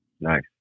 Nice